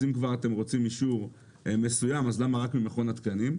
אז אם כבר אתם רוצים אישור מסוים אז למה רק ממכון התקנים,